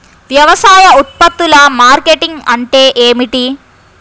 వ్యవసాయ ఉత్పత్తుల మార్కెటింగ్ అంటే ఏమిటి?